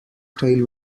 style